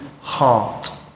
heart